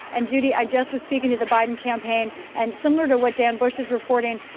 and, judy, i just was speaking to the biden campaign. and similar to what dan bush is reporting,